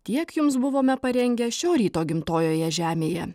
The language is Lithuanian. tiek jums buvome parengę šio ryto gimtojoje žemėje